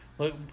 Look